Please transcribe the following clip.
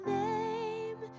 name